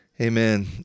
amen